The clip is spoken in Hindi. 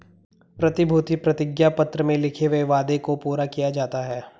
प्रतिभूति प्रतिज्ञा पत्र में लिखे हुए वादे को पूरा किया जाता है